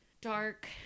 dark